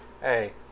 Hey